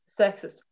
sexist